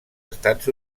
estats